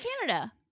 Canada